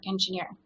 engineer